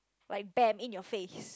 like bam in your face